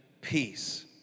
peace